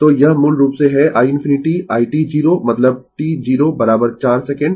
तो यह मूल रूप से है i ∞ i t 0 मतलब t 0 4 सेकंड